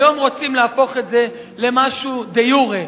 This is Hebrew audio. היום רוצים להפוך את זה למשהו דה-יורה.